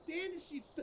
fantasy